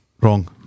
Wrong